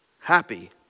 happy